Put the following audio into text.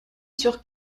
sur